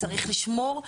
צריך לשמור.